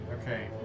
Okay